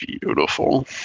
beautiful